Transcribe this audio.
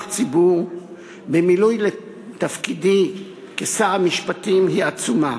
ציבור במילוי תפקידי כשר המשפטים היא עצומה,